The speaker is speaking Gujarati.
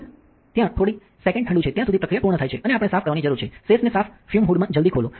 તેના ત્યાં થોડીક સેકંડ ઠંડુ છે ત્યાં સુધી પ્રક્રિયા પૂર્ણ થાય છે અને આપણે સાફ કરવાની જરૂર છે સેશ ને સાફ ફ્યુમ હૂડ મા જલ્દી ખોલો